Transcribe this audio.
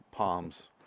Palms